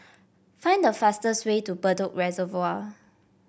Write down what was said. find the fastest way to Bedok Reservoir